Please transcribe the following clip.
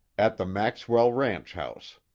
at the maxwell ranch house.